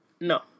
No